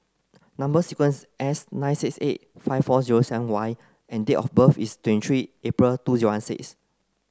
number sequence S nine six eight five four zero seven Y and date of birth is twenty three April two zero one six